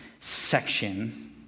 section